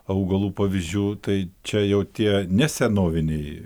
augalų pavyzdžių tai čia jau tie nesenoviniai